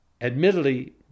admittedly